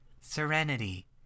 Serenity